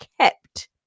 kept